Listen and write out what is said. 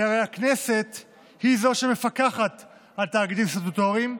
שהרי הכנסת היא זאת שמפקחת על תאגידים סטטוטוריים,